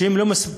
הם לא מספיקים,